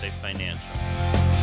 Financial